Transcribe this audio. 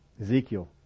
Ezekiel